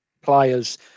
players